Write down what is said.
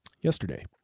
Yesterday